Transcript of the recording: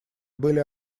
были